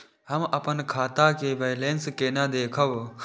हम अपन खाता के बैलेंस केना देखब?